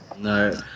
No